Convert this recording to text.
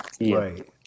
Right